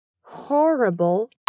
horrible